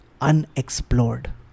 unexplored